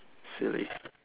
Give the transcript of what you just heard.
silly